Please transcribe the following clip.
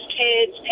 kids